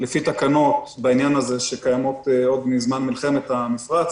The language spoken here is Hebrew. לפי תקנות שקיימות עוד מזמן מלחמת המפרץ,